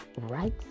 Right